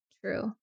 True